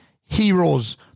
Heroes